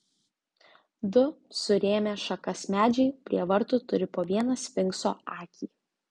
du surėmę šakas medžiai prie vartų turi po vieną sfinkso akį